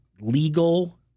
legal